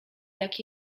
jak